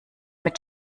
mit